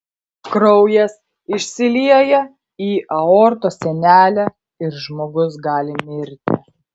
kraujas išsilieja į aortos sienelę ir žmogus gali mirti